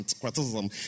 criticism